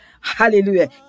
hallelujah